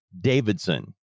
Davidson